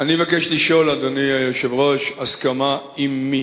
אני מבקש לשאול, אדוני היושב-ראש, הסכמה עם מי?